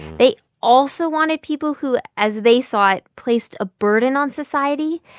they also wanted people who, as they saw it, placed a burden on society.